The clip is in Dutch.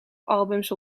albums